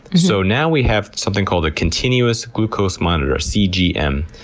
so now we have something called a continuous glucose monitor, cgm.